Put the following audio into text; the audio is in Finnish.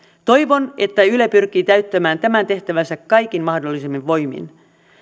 toivon että yle pyrkii täyttämään tämän tehtävänsä kaikin mahdollisin voimin